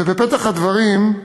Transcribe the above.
ובפתח הדברים,